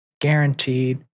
guaranteed